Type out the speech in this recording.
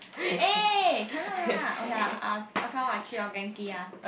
eh cannot lah okay lah I'll okay lor I treat you all Genki ah